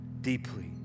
deeply